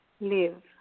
live